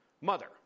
mother